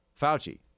Fauci